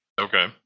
Okay